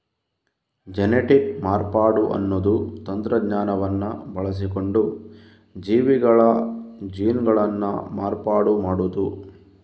genetic ಮಾರ್ಪಾಡು ಅನ್ನುದು ತಂತ್ರಜ್ಞಾನವನ್ನ ಬಳಸಿಕೊಂಡು ಜೀವಿಗಳ ಜೀನ್ಗಳನ್ನ ಮಾರ್ಪಾಡು ಮಾಡುದು